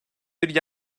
bir